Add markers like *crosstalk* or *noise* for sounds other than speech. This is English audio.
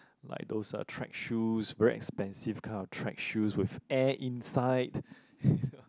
like those ah track shoes very expensive kind of track shoes with air inside *breath*